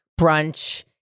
brunch